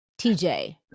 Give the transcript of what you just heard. TJ